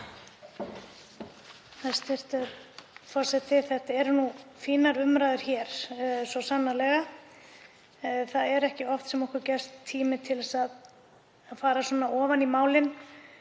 Hæstv. forseti. Þetta eru fínar umræður hér, svo sannarlega. Það er ekki oft sem okkur gefst tími til að fara svona ofan í málin.